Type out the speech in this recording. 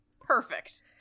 Perfect